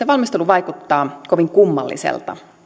valmistelu vaikuttaa kovin kummalliselta